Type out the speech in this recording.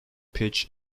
pitch